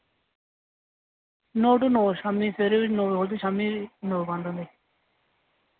नौ to नौ शाम्मी सवेरे बी नौ बजे खुल्दी शाम्मी बी नौ बजे बंद होंदी